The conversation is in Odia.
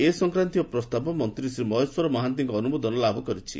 ଏ ସଂକ୍ରାନ୍ତୀୟ ପ୍ରସ୍ତାବ ମନ୍ତୀ ମହେଶ୍ୱର ମହାନ୍ତିଙ୍କ ଅନୁମୋଦନ ଲାଗ କରିଛି